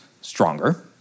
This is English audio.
stronger